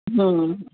હમ